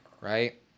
right